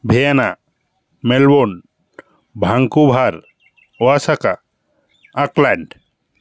Vienna Melbourne Vancouver Osaka Auckland